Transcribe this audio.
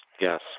Yes